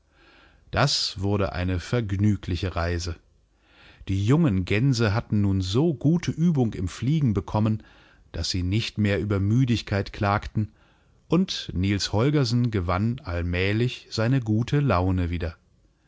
das wurde eine vergnügliche reise die jungen gänse hatten nun so gute übung im fliegen bekommen daß sie nicht mehr über müdigkeit klagten und niels holgersen gewann allmählich seine gute launewieder